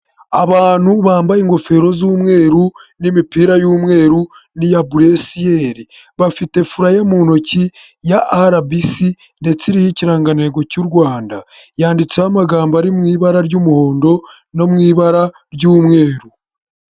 Abantu bambaye ingofero z'umweru n'imipira y'umweru n'iya buresiyeri. Bafite furaya mu ntoki ya RBC ndetse iriho ikirangantego cy'u Rwanda, yanditseho amagambo ari mu ibara ry'umuhondo no mu ibara ry'umweru.